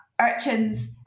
Urchins